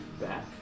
back